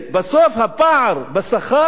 ובסוף הפער בשכר,